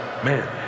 Man